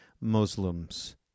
Muslims